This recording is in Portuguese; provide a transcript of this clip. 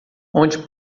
onde